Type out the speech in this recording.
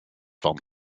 van